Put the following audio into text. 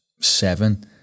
seven